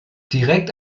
direkt